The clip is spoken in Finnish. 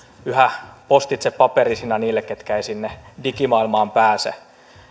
yhä myös postitse paperisina niille ketkä eivät sinne digimaailmaan pääse